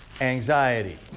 Anxiety